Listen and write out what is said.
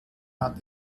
hat